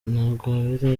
ntagwabira